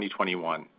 2021